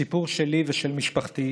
הסיפור שלי ושל משפחתי,